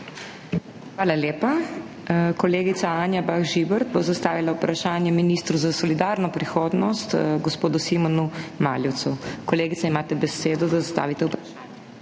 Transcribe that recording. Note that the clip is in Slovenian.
Hvala lepa. Kolegica Anja Bah Žibert bo zastavila vprašanje ministru za solidarno prihodnost gospodu Simonu Maljevcu. Kolegica, imate besedo, da zastavite vprašanje.